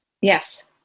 Yes